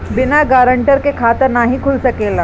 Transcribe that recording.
बिना गारंटर के खाता नाहीं खुल सकेला?